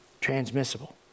Transmissible